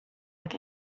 tak